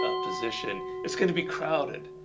ah position it's going to be crowded.